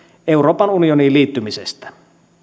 euroopan unioniin liittymisestä